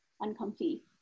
uncomfy